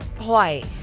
Hawaii